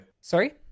sorry